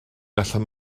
allan